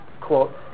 quote